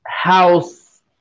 House